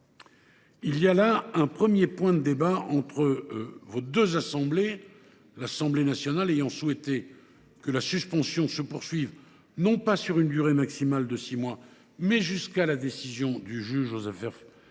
Il y a là un premier point de débat entre les deux chambres, l’Assemblée nationale ayant souhaité que la suspension se poursuive non pas pour une durée maximale de six mois, mais jusqu’à la décision du juge aux affaires familiales,